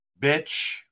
bitch